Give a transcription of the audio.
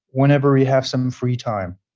whenever you have some free time,